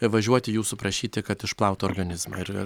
važiuoti jūsų prašyti kad išplautų organizmą ir